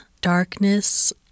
darkness